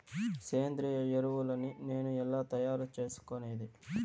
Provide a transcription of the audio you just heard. సేంద్రియ ఎరువులని నేను ఎలా తయారు చేసుకునేది?